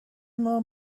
more